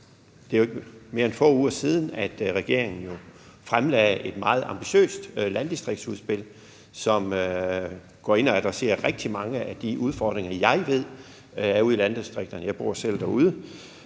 Det er jo kun er nogle få uger siden, at regeringen fremlagde et meget ambitiøst landdistriktsudspil, som går ind og adresserer rigtig mange af de udfordringer, jeg ved der er ude i landdistrikterne – jeg bor selv derude.